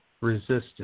resistance